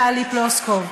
טלי פלוסקוב?